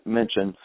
mention